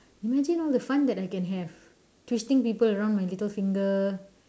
imagine all the fun that I can have twisting people around my little finger